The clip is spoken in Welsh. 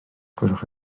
gwelwch